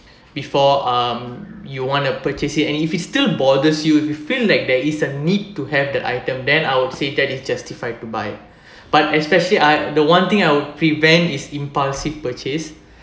before um you want to purchase it and if it still bothers you you feel like there is a need to have the item then I would say that it's justified to buy but especially I the one thing I will prevent is impulsive purchase